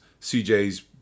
CJ's